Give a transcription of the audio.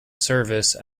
service